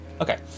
Okay